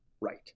right